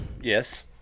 Yes